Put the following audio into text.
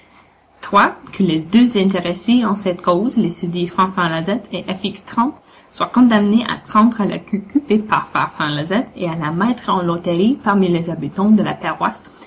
toi que les deux intéressés en cette cause les susdits fanfan lazette et f x trempe soient condamnés à prendre la queue coupée par fanfan lazette et à la mettre en loterie parmi les habitants de la